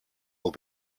will